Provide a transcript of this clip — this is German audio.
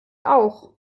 auch